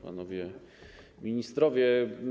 Panowie Ministrowie!